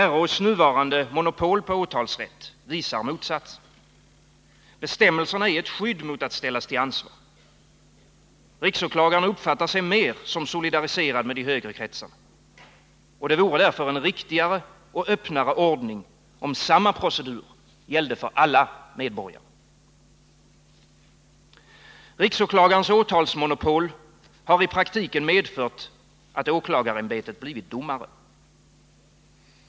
RÅ:s nuvarande monopol på åtalsrätt visar motsatsen. Bestämmelserna är ett skydd mot att ställas till ansvar. RÅ uppfattar sig mer som solidariserad med de högre kretsarna. Det vore därför en riktigare och öppnare ordning om samma procedur gällde för alla medborgare. RÅ:s åtalsmonopol har i praktiken medfört att åklagarämbetet blivit domare.